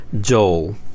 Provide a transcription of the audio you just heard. Joel